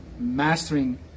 mastering